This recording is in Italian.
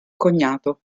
cognato